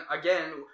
again